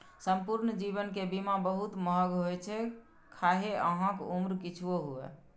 संपूर्ण जीवन के बीमा बहुत महग होइ छै, खाहे अहांक उम्र किछुओ हुअय